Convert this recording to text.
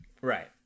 Right